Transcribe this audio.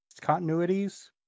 continuities